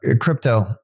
crypto